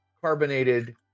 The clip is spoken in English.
carbonated